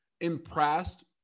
impressed